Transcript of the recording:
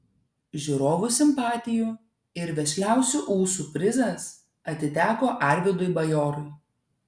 žiūrovų simpatijų ir vešliausių ūsų prizas atiteko arvydui bajorui